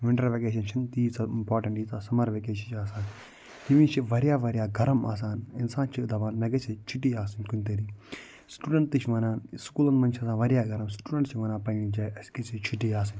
winter vacation چھِنہٕ تیٖژاہ important یٖژاہ سَمر وکیشن چھِ چھِ آسان تمِچ چھِ وارِیاہ وارِیاہ گَرم آسان اِنسان چھُ دَپان مےٚ گَژھہَے چھُٹی آسٕنۍ کُنہِ طرریٖق سِٹوٗڈنٛٹ تہِ چھِ وَنان سُکوٗلن منٛز چھِ آسان وارِیاہ گرم سِٹوڈنٛٹ چھِ وَنان پنٛنہِ جاے اسہِ گَژھہَے چھُٹی آسٕنۍ